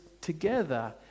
together